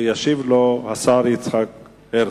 וישיב לו השר יצחק הרצוג.